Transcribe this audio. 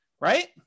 right